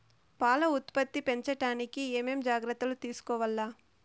పాల ఉత్పత్తి పెంచడానికి ఏమేం జాగ్రత్తలు తీసుకోవల్ల?